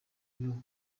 bibaho